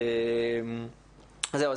זהו.